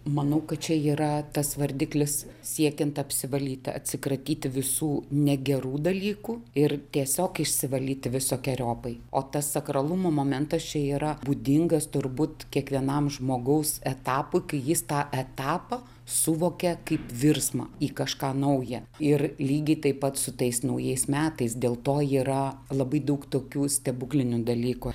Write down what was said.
manau kad čia yra tas vardiklis siekiant apsivalyti atsikratyti visų negerų dalykų ir tiesiog išsivalyti visokeriopai o tas sakralumo momentas čia yra būdingas turbūt kiekvienam žmogaus etapui kai jis tą etapą suvokia kaip virsmą į kažką nauja ir lygiai taip pat su tais naujais metais dėl to yra labai daug tokių stebuklinių dalykų